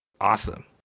awesome